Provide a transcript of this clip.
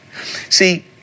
See